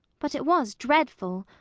but it was dreadful.